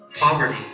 poverty